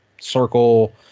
circle